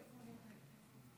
כבוד היושב-ראש,